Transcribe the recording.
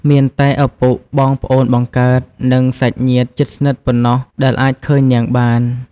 មានតែឪពុក បងប្អូនបង្កើត និងសាច់ញាតិជិតស្និទ្ធប៉ុណ្ណោះដែលអាចឃើញនាងបាន។